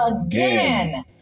again